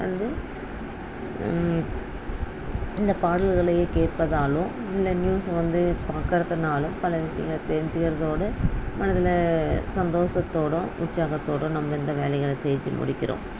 வந்து இந்த பாடல்களை கேட்பதாலும் இல்லை நியூஸை வந்து பார்க்குறதனாலும் பல விஷயங்கள் தெரிஞ்சுக்கிறதோடு மனதில் சந்தோஷத்தோடும் உற்சாகத்தோடும் நம்ம இந்த வேலைகளை செய்ஞ்சு முடிக்கிறோம்